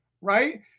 right